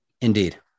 Indeed